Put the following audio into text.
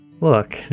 Look